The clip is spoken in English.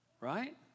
Right